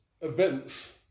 events